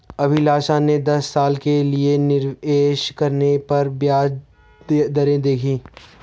अभिलाषा ने दस साल के लिए निवेश करने पर ब्याज दरें देखी